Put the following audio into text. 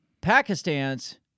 Pakistan's